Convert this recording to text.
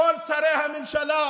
לכל שרי הממשלה,